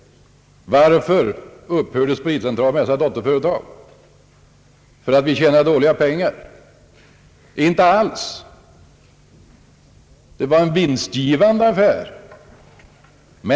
Varför upphörde spritcentralen med dessa företag? För att vi tjänade dåligt med pengar? Inte alls, det var en vinstgivande affär.